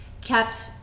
kept